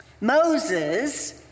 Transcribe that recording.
Moses